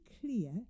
clear